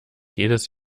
jedes